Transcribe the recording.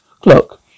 clock